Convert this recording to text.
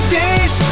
days